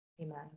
Amen